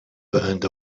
burned